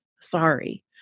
sorry